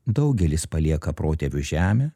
daugelis palieka protėvių žemę